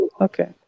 okay